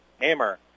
Hammer